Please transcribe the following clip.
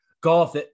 golf